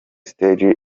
stage